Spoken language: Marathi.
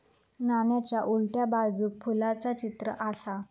नाण्याच्या उलट्या बाजूक फुलाचा चित्र आसा